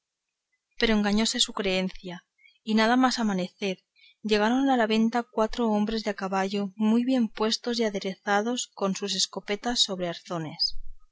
pero engañóse mucho en su creencia porque apenas comenzó a amanecer cuando llegaron a la venta cuatro hombres de a caballo muy bien puestos y aderezados con sus escopetas sobre los arzones